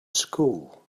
school